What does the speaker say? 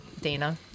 Dana